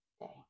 day